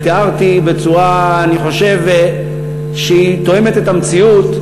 ותיארתי, אני חושב, בצורה שתואמת את המציאות,